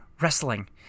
wrestling